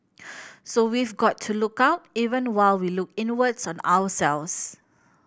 so we've got to look out even while we look inwards on ourselves